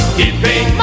keeping